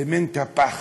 אלמנט הפחד.